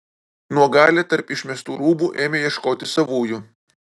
nuogalė tarp išmestų rūbų ėmė ieškoti savųjų